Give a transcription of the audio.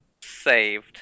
saved